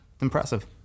impressive